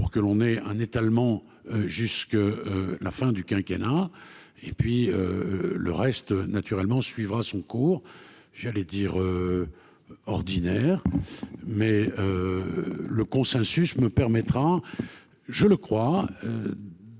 pour que l'on ait un étalement jusque la fin du quinquennat et puis le reste naturellement suivra son cours, j'allais dire ordinaire mais le consensus me permettra, je le crois.